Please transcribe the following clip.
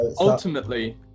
Ultimately